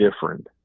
different